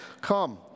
Come